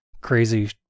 crazy